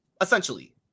essentially